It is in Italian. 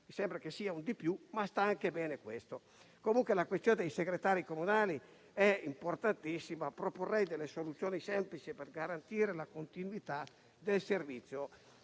mi sembra che sia un di più, ma sta bene anche questo. In ogni caso, la questione dei segretari comunali è importantissima; proporrei delle soluzioni semplici, per garantire la continuità del servizio.